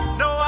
no